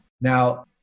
Now